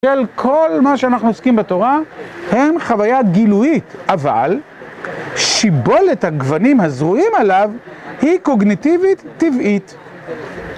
כל מה שאנחנו עוסקים בתורה הם חוויה גילויית, אבל שיבולת הגוונים הזרועים עליו היא קוגניטיבית טבעית.